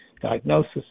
diagnosis